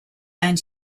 and